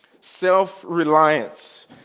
self-reliance